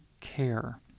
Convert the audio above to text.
care